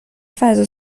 فضا